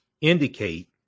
indicate